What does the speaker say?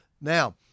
Now